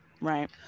right